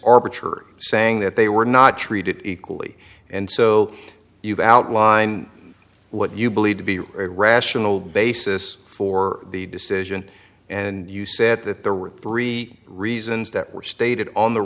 arbitrary saying that they were not treated equally and so you've outlined what you believe to be a rational basis for the decision and you said that there were three reasons that were stated on the